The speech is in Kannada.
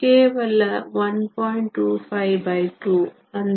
252 ಅಂದರೆ 0